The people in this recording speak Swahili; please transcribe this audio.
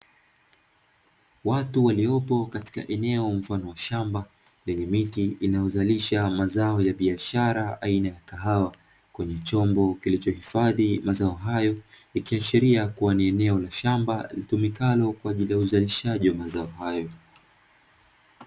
Watu waliopo katika eneo mfano wa shamba lenye miti inayozalisha mazao ya biashara aina ya kahawa kwenye chombo kilichohifadhi mazao hayo, ikiashiria kuwa ni eneo la shamba litumikalo kwa ajili ya uzalishaji wa mazao hayo.